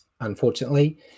unfortunately